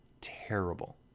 Terrible